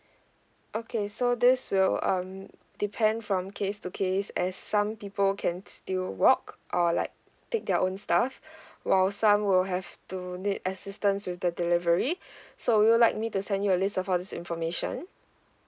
okay so this will um depend from case to case as some people can still walk or like take their own stuff while some will have to need assistance with the delivery so would you like me to send you a list of all these information